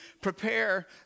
prepare